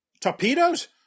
Torpedoes